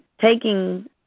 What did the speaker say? taking